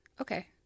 Okay